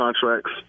contracts